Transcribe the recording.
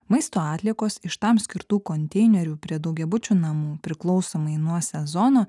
maisto atliekos iš tam skirtų konteinerių prie daugiabučių namų priklausomai nuo sezono